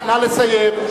נא לסיים.